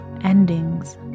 endings